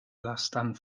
lastan